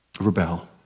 rebel